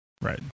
Right